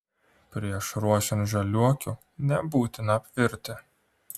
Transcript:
prieš ruošiant žaliuokių nebūtina apvirti